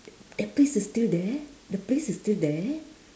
that place is still there the place is still there